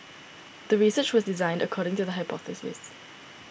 the research was designed according to the hypothesis